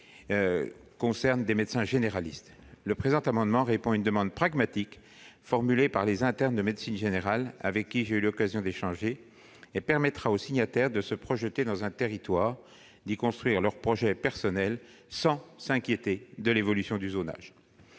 concernent des médecins généralistes. Cet amendement vise à répondre à une demande pragmatique formulée par les internes de médecine générale avec qui j'ai eu l'occasion d'échanger ; son adoption permettra aux signataires de se projeter dans un territoire, d'y construire leur projet personnel, sans s'inquiéter de l'évolution du zonage.